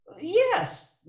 Yes